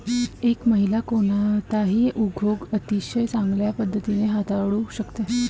एक महिला कोणताही उद्योग अतिशय चांगल्या पद्धतीने हाताळू शकते